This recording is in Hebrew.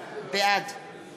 בעד